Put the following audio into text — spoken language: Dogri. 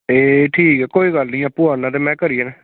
ते ठीक ऐ कोई गल्ल निं आपूं आना ते में करी